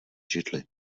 židli